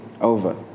over